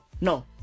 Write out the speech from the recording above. no